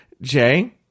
Jay